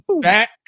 back